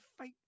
fake